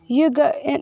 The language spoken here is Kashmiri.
یہِ گے اِن